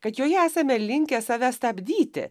kad joje esame linkę save stabdyti